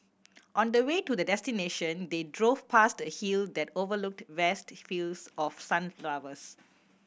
on the way to their destination they drove past a hill that overlooked vast fields of sunflowers